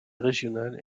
régional